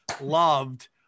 loved